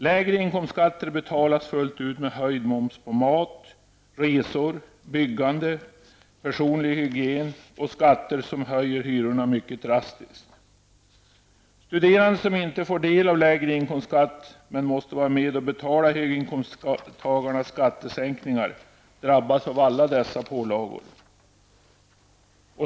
Lägre inkomstskatter betalas fullt ut med höjd moms på mat, resor, byggande, personlig hygien och skatter som höjer hyrorna mycket drastiskt. Studerande som inte får del av lägre inkomstskatt men måste vara med och betala höginkomsttagarnas skattesänkningar drabbas av alla dessa pålagor.